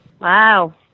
Wow